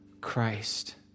Christ